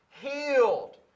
healed